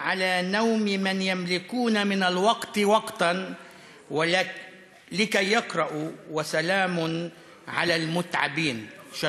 על שנתם של אלו שיש ברשותם זמן כדי לקרוא ושלום על העייפים.) טיבי,